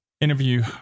interview